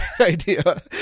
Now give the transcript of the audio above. idea